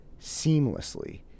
seamlessly